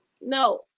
No